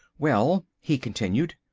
well, he continued,